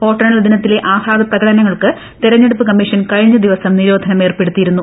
വോട്ടെണ്ണൽ ദിനത്തിലെ ആഹ്നാദ പ്രകടനങ്ങൾക്കും തെരഞ്ഞെടുപ്പ് കമ്മീഷൻ കഴിഞ്ഞ ദിവസം നിരോധനം ഏർപ്പെടുത്തിയിരുന്നു